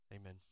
Amen